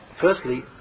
firstly